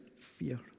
fear